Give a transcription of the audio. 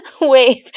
wave